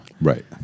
Right